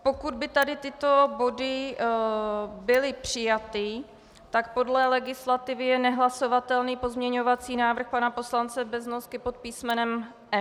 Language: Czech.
Pokud by tyto body byly přijaty, tak podle legislativy je nehlasovatelný pozměňovací návrh pana poslance Beznosky pod písmenem F.